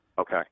Okay